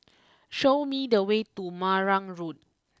show me the way to Marang Road